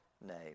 name